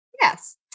yes